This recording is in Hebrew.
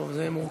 טוב, זה מורכב.